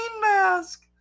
mask